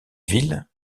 ville